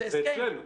זה הסכם,